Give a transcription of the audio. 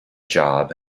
job